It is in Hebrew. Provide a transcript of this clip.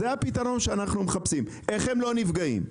זה הפתרון שאנחנו מחפשים, איך הם לא נפגעים.